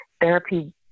therapy